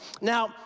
Now